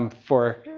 um for,